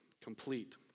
complete